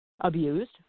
abused